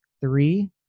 three